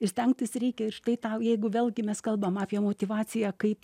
ir stengtis reikia ir štai tau jeigu vėlgi mes kalbam apie motyvaciją kaip